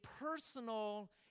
personal